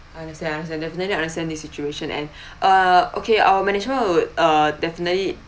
understand understand definitely I understand this situation and uh okay our manage would uh definitely